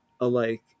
alike